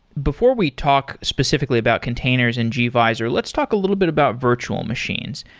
before we talk specifically about containers in gvisor, let's talk a little bit about virtual machines.